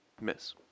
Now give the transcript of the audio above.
Miss